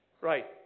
Right